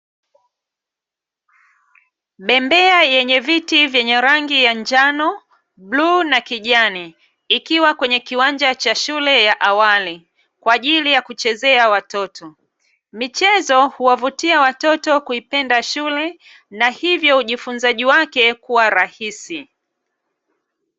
Bembea yenye viti vyenye rangi ya njano, bluu na kijani ikiwa kwenye kiwanja cha shule ya awali kwa ajili ya kuchezea watoto. Michezo huwavutia watoto kuipenda shule na hivyo ujifunzaji wake kuwa rahisi.